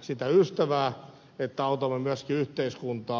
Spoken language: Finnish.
sitä ystävää että autamme myöskin yhteiskuntaa